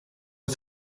was